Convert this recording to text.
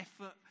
effort